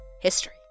history